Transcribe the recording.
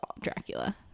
Dracula